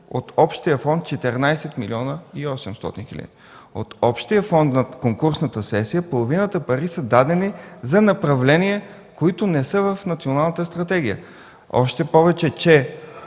от общия фонд, който е 14 млн. 800 хил. лв. От общия фонд на конкурсната сесия половината пари са дадени за направления, които не са в националната стратегия. Още повече, че